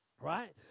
right